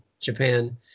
Japan